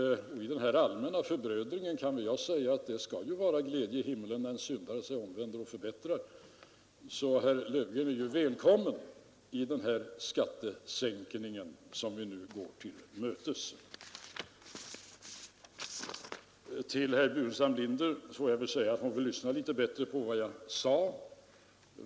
I den här allmänna förbrödringen kan jag väl säga att det ju är glädje i himlen när en syndare sig ångrar och bättrar, så herr Löfgren är välkommen i den skattesänkning som vi nu går till mötes. Herr Burenstam Linder borde ha lyssnat litet bättre på vad jag sade.